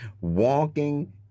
walking